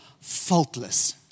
faultless